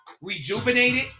Rejuvenated